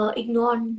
ignore